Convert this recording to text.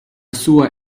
sua